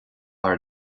thar